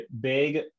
big